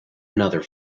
another